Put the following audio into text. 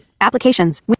Applications